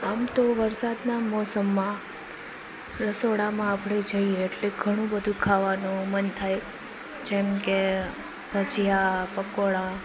આમ તો વરસાદના મોસમમાં રસોડામાં આપણે જઈએ એટલે ઘણું બધું ખાવાનું મન થાય જેમ કે ભજીયા પકોડા